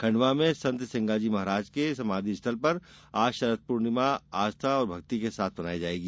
खंडवा में संत सिंगाजी महाराज के समाधि स्थल पर आज शरद पूर्णिमा आस्था भक्ति के साथ मनाई जाएगी